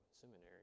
seminary